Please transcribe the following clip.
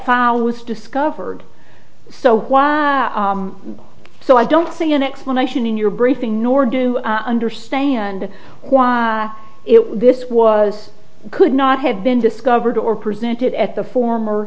foul was discovered so why so i don't see an explanation in your briefing nor do i understand why it was this was could not have been discovered or presented at the former